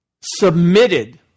submitted